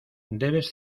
debes